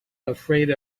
afraid